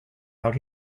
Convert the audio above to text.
out